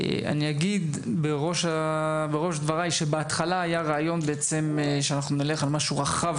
אני אגיד בראש דבריי שבהתחלה היה רעיון שאנחנו נלך על משהו רחב